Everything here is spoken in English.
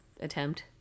attempt